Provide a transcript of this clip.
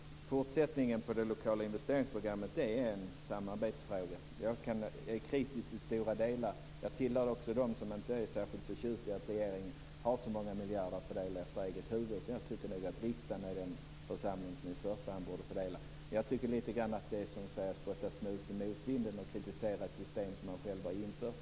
Fortsättningen på de lokala investeringsprogrammen är en samarbetsfråga. Jag är kritisk i stora delar, och jag tillhör också dem som inte är särskilt förtjust i att regeringen har så många miljarder att fördela efter eget huvud. Jag tycker att riksdagen är den församling som i första hand borde fördela. Det är som att spotta snus i motvind att kritisera ett system som man själv har infört.